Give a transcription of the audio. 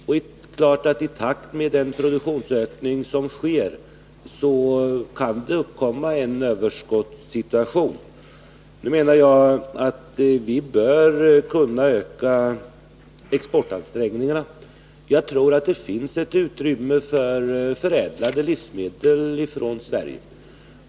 Det är klart att det i takt med den produktionsökning som sker kan uppkomma en överskottssituation. Jag menar då att vi bör kunna öka exportansträngningarna. Jag tror att det finns utrymme för förädlade livsmedel från Sverige.